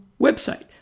website